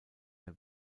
der